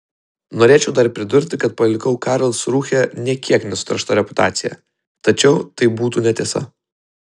norėčiau dar pridurti kad palikau karlsrūhę nė kiek nesuteršta reputacija tačiau tai būtų netiesa